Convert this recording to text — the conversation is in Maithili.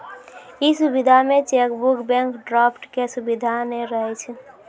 इ सुविधा मे चेकबुक, बैंक ड्राफ्ट के सुविधा नै रहै छै